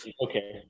okay